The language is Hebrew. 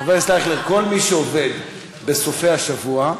חבר הכנסת אייכלר, כל מי שעובד בסופי השבוע,